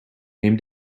neem